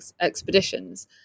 expeditions